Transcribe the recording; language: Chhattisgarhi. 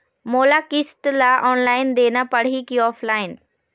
मोला किस्त ला ऑनलाइन देना पड़ही की ऑफलाइन?